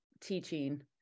teaching